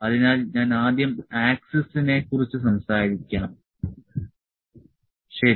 അതിനാൽ ഞാൻ ആദ്യം ആക്സിസിനെ കുറിച്ച് സംസാരിക്കാം ശരി